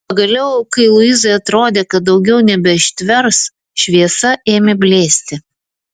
pagaliau kai luizai atrodė kad daugiau nebeištvers šviesa ėmė blėsti